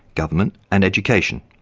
government and education.